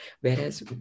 whereas